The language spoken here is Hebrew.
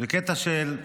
בקטע של,